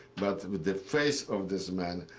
but with the face of this man,